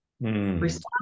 respond